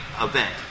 event